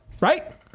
Right